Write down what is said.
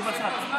למה אין הצבעה?